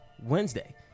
Wednesday